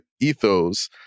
ethos